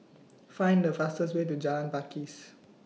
Find The fastest Way to Jalan Pakis